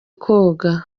koga